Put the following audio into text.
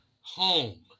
home